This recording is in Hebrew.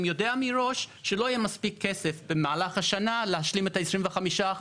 יודע מראש שלא יהיה מספיק כסף במהלך השנה להשלים את ה-25%.